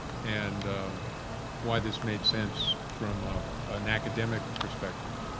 and why this made sense from ah an academic perspective.